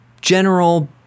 general